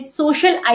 social